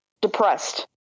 depressed